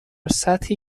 سطحی